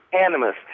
animus